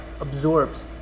absorbs